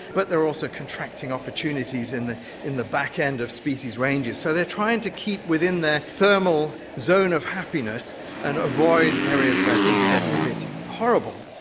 but there are also contracting opportunities in the in the back end of species ranges. so they are trying to keep within their thermal zone of happiness and avoid areas where things are getting a bit horrible.